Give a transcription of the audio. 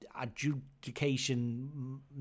adjudication